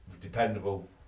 Dependable